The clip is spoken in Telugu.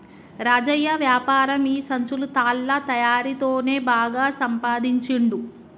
రాజయ్య వ్యాపారం ఈ సంచులు తాళ్ల తయారీ తోనే బాగా సంపాదించుండు